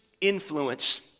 influence